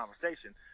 conversation